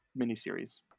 miniseries